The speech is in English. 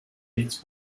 its